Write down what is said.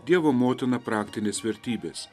dievo motina praktinės vertybės